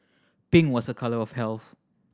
pink was a colour of health